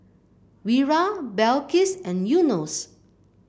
Wira Balqis and Yunos